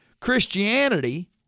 Christianity